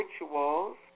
rituals